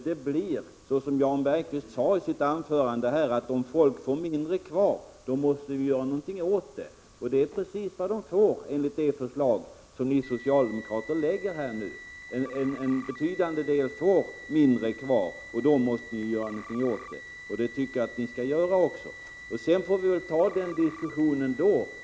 Jan Bergqvist sade själv i sitt anförande att ni måste göra någonting åt detta med att folk får behålla mindre av sina pengar. Det är precis vad som blir följden, om det förslag går igenom som ni socialdemokrater har lagt fram. Det gäller ett betydande antal människor. Jag tycker också att ni måste göra någonting i det avseendet.